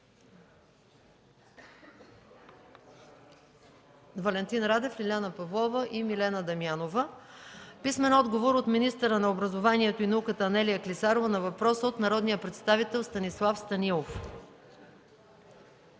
Валентин Радев, Лиляна Павлова и Милена Дамянова; - министъра на образованието и науката Анелия Клисарова на въпрос от народния представител Станислав Станилов;